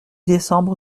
décembre